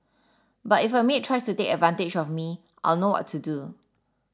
but if a maid tries to take advantage of me I'll know what to do